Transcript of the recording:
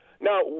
Now